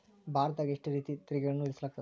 ಭಾರತದಾಗ ಎಷ್ಟ ರೇತಿ ತೆರಿಗೆಗಳನ್ನ ವಿಧಿಸಲಾಗ್ತದ?